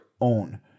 own